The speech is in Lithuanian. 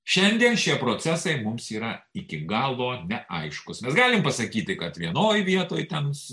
šiandien šie procesai mums yra iki galo neaiškūs mes galim pasakyti kad vienoj vietoj ten su